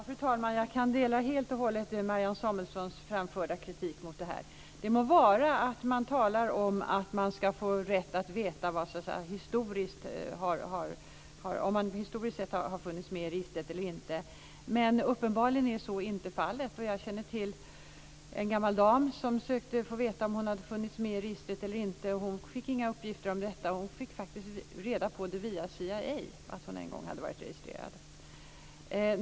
Fru talman! Jag kan helt och hållet dela Marianne Samuelssons framförda kritik mot det här. Det må vara att det talas om att man ska få rätt att veta om man historiskt sett har funnits med i registret eller inte, men uppenbarligen är så inte fallet. Jag känner till en gammal dam som sökte få veta om hon funnits med i registret eller inte. Hon fick inga uppgifter om detta, utan hon fick faktiskt veta via CIA att hon en gång hade varit registrerad.